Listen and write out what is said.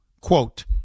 Quote